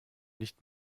nicht